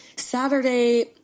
Saturday